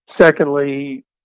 Secondly